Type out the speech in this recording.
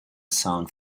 sound